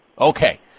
Okay